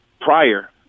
prior